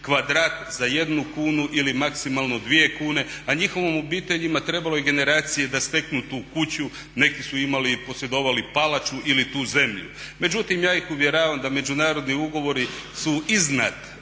kvadrat za jednu kunu ili maksimalno dvije kune a njihovim obiteljima trebalo je generacije da steknu tu kuću, neki su imali i posjedovali palaču ili tu zemlju. Međutim ja ih uvjeravam da međunarodni ugovori su iznad